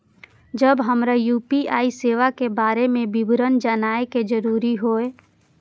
जब हमरा यू.पी.आई सेवा के बारे में विवरण जानय के जरुरत होय?